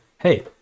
hey